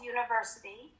University